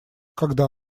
когда